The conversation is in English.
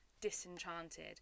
Disenchanted